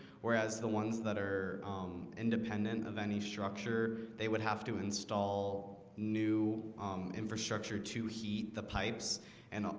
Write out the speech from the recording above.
whereas the ones that are independent of any structure they would have to install new infrastructure to heat the pipes and